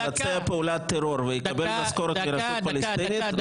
יבצע פעולת טרור ויקבל משכורת מהרשות הפלסטינית,